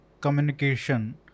communication